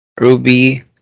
Ruby